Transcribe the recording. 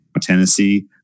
Tennessee